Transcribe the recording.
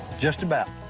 just about.